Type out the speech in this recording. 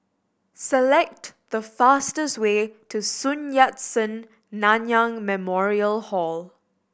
select the fastest way to Sun Yat Sen Nanyang Memorial Hall